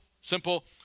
simple